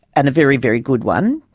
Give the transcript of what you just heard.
and a very, very good one.